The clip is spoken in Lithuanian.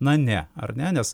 na ne ar ne nes